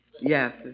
Yes